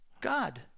God